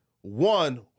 One